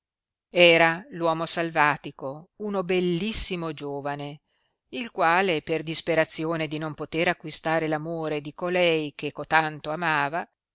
era l uomo salvatico uno bellissimo giovane il quale per disperazione di non poter acquistare l amore di colei che cotanto amava